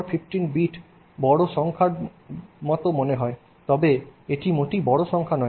1015 বড় সংখ্যার মতো মনে হয় তবে এটি মোটেই বড় সংখ্যা নয়